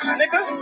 nigga